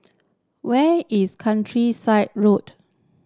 where is Countryside Road